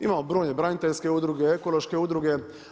Imamo brojne braniteljske udruge, ekološke udruge.